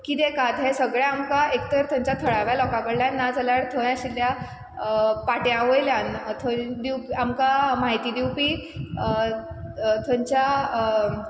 किदेंकात हें सगळें आमकां एक तर थंयच्या थळाव्या लोकां कडल्यान ना जाल्यार थंय आशिल्ल्या पाट्यां वयल्यान थंय दिवप् आमकां म्हायती दिवपी थंच्या